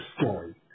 story